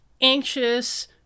anxious